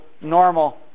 normal